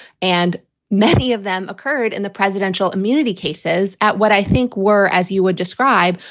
and many of them occurred in the presidential immunity cases at what i think were, as you would describe,